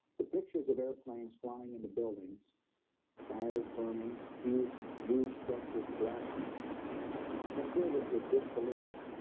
the pictures of airplanes flying into buildings fires burning huge huge structures collapsing have filled us with disbelief